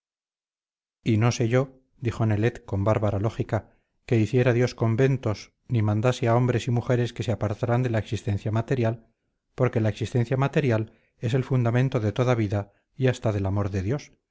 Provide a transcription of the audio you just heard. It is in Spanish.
y no sé yo dijo nelet con bárbara lógica que hiciera dios conventos ni mandase a hombres y mujeres que se apartaran de la existencia material porque la existencia material es el fundamento de toda vida y hasta del amor de dios